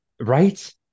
Right